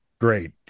great